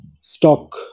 stock